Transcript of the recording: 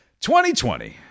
2020